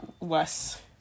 less